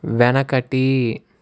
వెనకటి